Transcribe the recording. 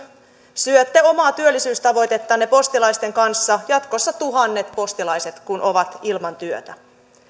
syötte omaa työllisyystavoitettanne postilaisten kanssa jatkossa tuhannet postilaiset kun ovat ilman työtä esityksessänne